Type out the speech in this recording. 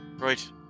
Right